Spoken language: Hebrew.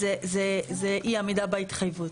זה התיקון.